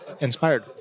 inspired